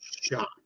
shot